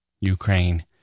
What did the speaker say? Ukraine